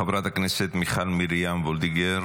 חברת הכנסת מיכל מרים וולדיגר,